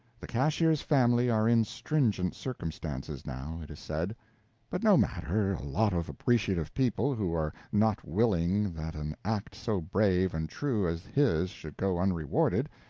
the cashier's family are in stringent circumstances, now, it is said but no matter a lot of appreciative people, who were not willing that an act so brave and true as his should go unrewarded,